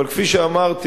אבל כפי שאמרתי,